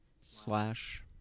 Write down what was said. slash